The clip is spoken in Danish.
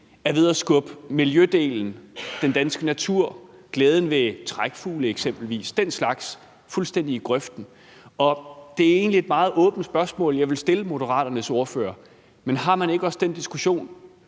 er ved at skubbe miljødelen, den danske natur, glæden ved trækfugle eksempelvis og den slags fuldstændig i grøften. Det er egentlig et meget åbent spørgsmål, jeg vil stille Moderaternes ordfører: Har man ikke også den diskussion